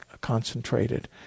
concentrated